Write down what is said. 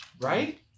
Right